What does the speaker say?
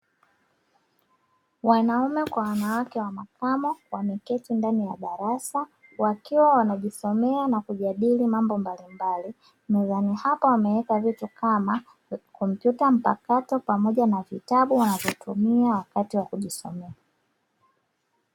Wanaume kwa wanawake wa makamo, wameketi ndani ya darasa, wakiwa wanajisomea na kujadili mambo mbalimbali, mezani hapo wameweka vitu, kama kompyuta mpakato pamoja na vitabu wanavyotumia wakati wa kujisomea.